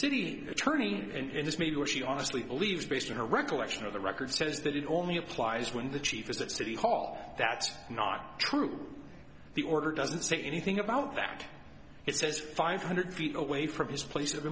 city attorney and this may be or she honestly believes based on her recollection of the record says that it only applies when the chief is at city hall that's not true the order doesn't say anything about that it says five hundred feet away from his place of